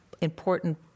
important